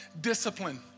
discipline